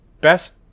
best